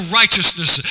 righteousness